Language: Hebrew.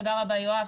תודה רבה יואב,